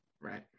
Right